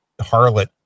harlot